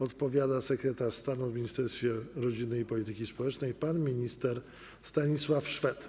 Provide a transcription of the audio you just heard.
Odpowiada sekretarz stanu w Ministerstwie Rodziny i Polityki Społecznej pan minister Stanisław Szwed.